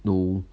no